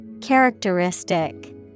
Characteristic